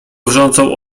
wrzącą